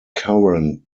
current